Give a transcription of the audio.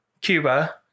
Cuba